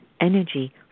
energy